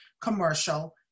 commercial